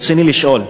רצוני לשאול: